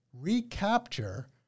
recapture